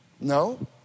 No